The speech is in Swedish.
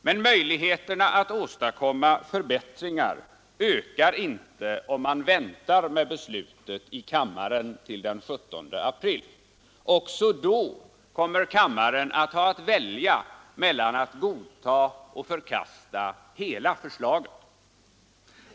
Men möjligheterna att åstadkomma förbättringar ökar inte, om man väntar med beslutet i kammaren till den 17 april — också då kommer kammaren att ha att välja mellan att godta och att förkasta hela förslaget.